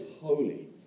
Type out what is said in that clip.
holy